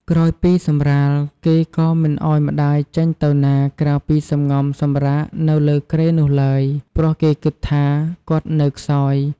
ក្រោយពីសម្រាល គេក៏មិនឱ្យម្ដាយចេញទៅណា ក្រៅពីសំងំសម្រាកនៅលើគ្រែនោះឡើយ ព្រោះគេគិតថាគាត់នៅខ្សោយ។